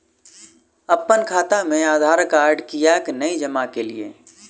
अप्पन खाता मे आधारकार्ड कियाक नै जमा केलियै?